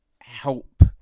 Help